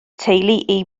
teulu